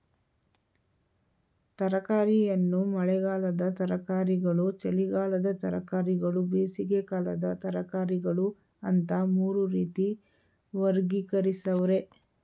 ತರಕಾರಿಯನ್ನು ಮಳೆಗಾಲದ ತರಕಾರಿಗಳು ಚಳಿಗಾಲದ ತರಕಾರಿಗಳು ಬೇಸಿಗೆಕಾಲದ ತರಕಾರಿಗಳು ಅಂತ ಮೂರು ರೀತಿ ವರ್ಗೀಕರಿಸವ್ರೆ